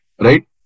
Right